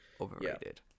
overrated